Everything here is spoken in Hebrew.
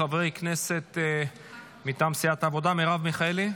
חברי הכנסת מטעם סיעת העבודה: מירב מיכאלי,